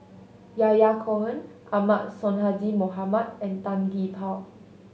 Yahya Cohen Ahmad Sonhadji Mohamad and Tan Gee Paw